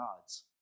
gods